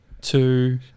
two